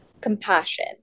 Compassion